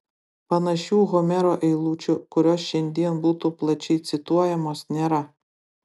panašių homero eilučių kurios šiandien būtų plačiai cituojamos nėra